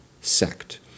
sect